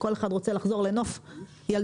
כל אחד רוצה לחזור לנוף ילדותו.